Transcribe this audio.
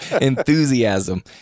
enthusiasm